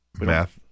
Math